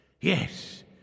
Yes